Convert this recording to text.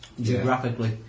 Geographically